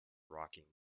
rocking